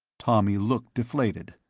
tommy looked deflated.